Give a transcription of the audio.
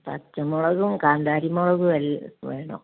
പച്ചമുളകും കാന്താരിമുളകും എല്ലാം വേണം